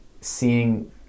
seeing